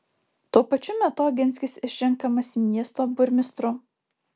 tuo pačiu metu oginskis išrenkamas miesto burmistru